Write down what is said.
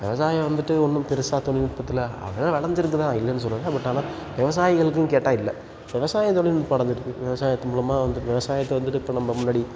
விவசாயம் வந்துவிட்டு ஒன்றும் பெருசாக தொழில்நுட்பத்துல அதல்லாம் வெளைஞ்சிருக்கு தான் இல்லைன்னு சொல்லலை பட் ஆனால் விவசாயிகளுக்குனு கேட்டால் இல்லை விவசாயம் தொழில்நுட்பம் அடைஞ்சிருக்கு விவசாயத்தின் மூலமாக வந்துவிட்டு விவசாயத்த வந்துவிட்டு இப்போ நம்ம முன்னாடி